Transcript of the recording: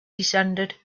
descended